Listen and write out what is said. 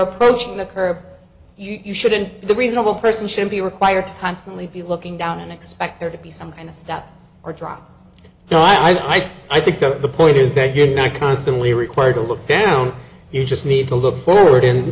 approaching the curve you shouldn't the reasonable person should be required to constantly be looking down and expect there to be some kind of stop or drive so i think the point is that you're not constantly required to look down you just need to look forward